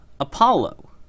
Apollo